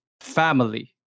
family